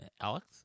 Alex